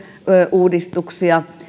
uudistuksia